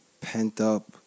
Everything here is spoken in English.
pent-up